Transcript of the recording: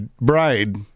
Bride